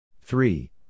Three